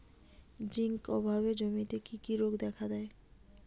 Zinc অভাবে জমিতে কি কি রোগ দেখাদেয়?